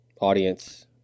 audience